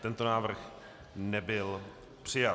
Tento návrh nebyl přijat.